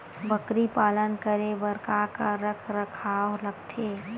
बकरी पालन करे बर काका रख रखाव लगथे?